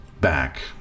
back